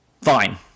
Fine